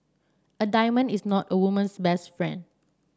a diamond is not a woman's best friend